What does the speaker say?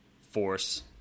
force